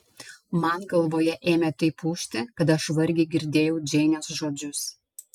man galvoje ėmė taip ūžti kad aš vargiai girdėjau džeinės žodžius